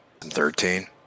Thirteen